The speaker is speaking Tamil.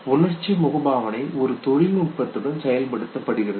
உணர்ச்சி முகபாவனை ஒரு நுட்பத்துடன் செயல்படுகிறது